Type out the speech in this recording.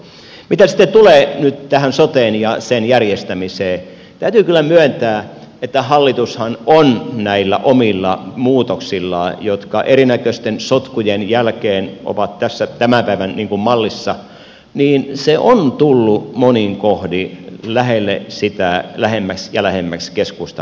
mitä sitten tulee nyt tähän soteen ja sen järjestämiseen täytyy kyllä myöntää että hallitushan on näillä omilla muutoksillaan jotka erinäköisten sotkujen jälkeen ovat tässä tämän päivän mallissa tullut monin kohdin lähelle lähemmäs ja lähemmäs keskustan maakuntamallia